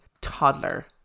toddler